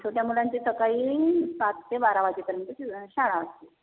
छोट्या मुलांची सकाळी सात ते बारा वाजेपर्यंत शाळा असते